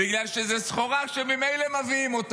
בגלל שזאת סחורה שממילא מביאים.